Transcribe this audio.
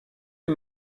les